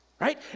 Right